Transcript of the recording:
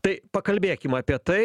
tai pakalbėkim apie tai